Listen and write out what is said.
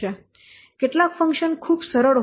કેટલાક ફંક્શન ખૂબ સરળ હોય છે